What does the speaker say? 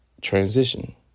Transition